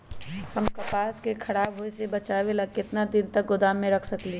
हम कपास के खराब होए से बचाबे ला कितना दिन तक गोदाम में रख सकली ह?